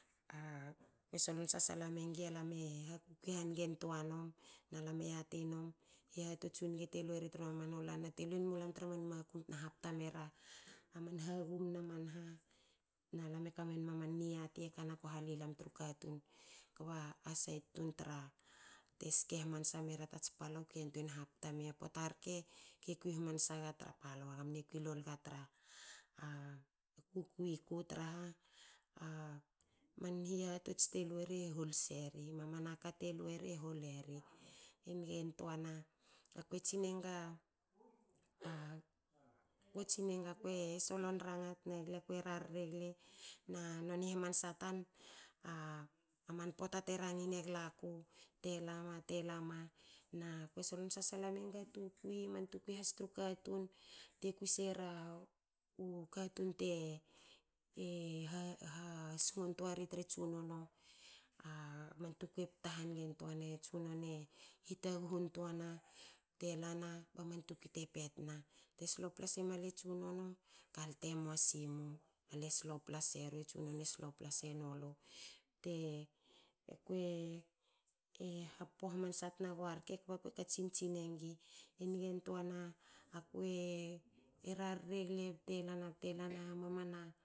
Ako solon sasal mengi. alam e hakukui hange ntua num na lam e yati num. Hihatots u nge te lueri tru mamanu lan na te luen mulam tra man makum te na hapta mera a man hagum na man ha na lam e kamenma man niati e kona ko hali lam tru katun. kba ge ske hamansa tats palou ke yantuein hapta mia pota rke. ge kwi hamansa nga tra palou. nga mne kui lol nga tra a kui kui ku traha a man hihatots te lue ri e hol seri na mamana kate lueri e hol eri. E nge ntuana. a kue tsinenga. ako tsinenga kue solon ranga tna gle. kue rarre gle na noni hamansa tan. a man pota te ragin e glaku te lama telama na ko solon sasala menga tukui man tukui has tru katun. te kui sera u katun te hasingo ntua ri tra tsunono. A man tukui e pta hange tuana. a tsunono hitaghu ntuana te lana ba man tukui te petna te slopla sema a tsunono. kalte mua simu. ale slopla seri. tsunono slopla senulu. Kue hapo hamansa tna gua rke. kba ko katsin tsinegi, e nge ntuana. akue rarre gle bte lana bte lana ba mamana